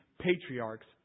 patriarchs